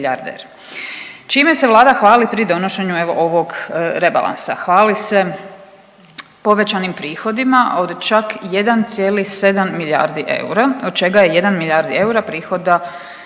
Čime se Vlada hvali pri donošenju evo ovog rebalansa? Hvali se povećanim prihodima od čak 1,7 milijardi eura od čega je 1 milijarda eura prihoda